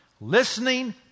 Listening